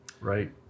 Right